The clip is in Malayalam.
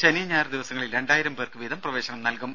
ശനി ഞായർ ദിവസങ്ങളിൽ രണ്ടായിരം പേർക്ക് വീതം പ്രവേശനം നൽകും